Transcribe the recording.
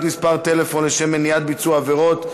מספר טלפון לשם מניעת ביצוע עבירות,